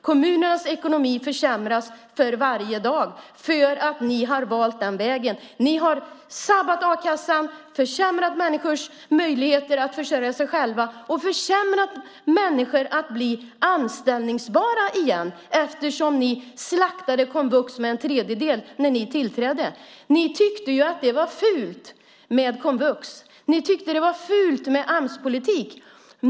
Kommunernas ekonomi försämras för varje dag eftersom ni har valt den vägen. Ni har sabbat a-kassan, försämrat människors möjligheter att försörja sig själva och försämrat människors möjligheter att bli anställningsbara igen eftersom ni slaktade komvux med en tredjedel när ni tillträdde. Ni tyckte ju att det var fult med komvux. Ni tyckte att det var fult med Amspolitik.